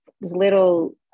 little